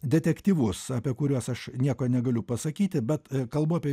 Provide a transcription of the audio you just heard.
detektyvus apie kuriuos aš nieko negaliu pasakyti bet kalbu apie